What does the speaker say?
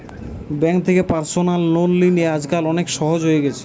bank থেকে personal loan লিলে আজকাল অনেক সহজ হয়ে গেছে